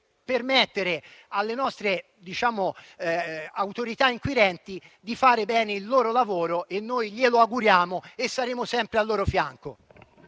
permettere alle nostre autorità inquirenti di fare bene il loro lavoro. Noi glielo auguriamo e saremo sempre al loro fianco.